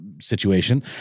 situation